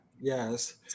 Yes